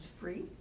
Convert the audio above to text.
free